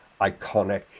iconic